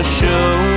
show